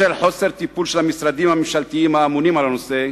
בשל חוסר טיפול של המשרדים הממשלתיים האמונים על הנושא,